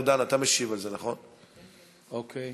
אוקיי.